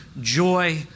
joy